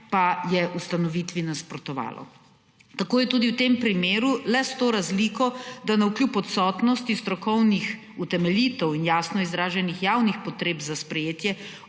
je ustanovitvi nasprotovalo. Tako je tudi v tem primeru, le s to razliko, da kljub odsotnosti strokovnih utemeljitev in jasno izraženih javnih potreb za sprejetje